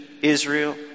Israel